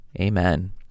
Amen